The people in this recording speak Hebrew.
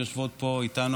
שיושבות פה איתנו,